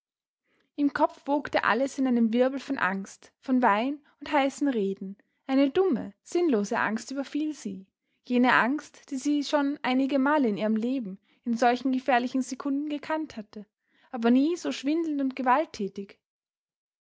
im kopf wogte alles in einem wirbel von angst von wein und heißen reden eine dumme sinnlose angst überfiel sie jene angst die sie schon einige male in ihrem leben in solchen gefährlichen sekunden gekannt hatte aber nie so schwindelnd und gewalttätig